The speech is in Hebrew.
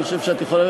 אני חושב שאת יכולה,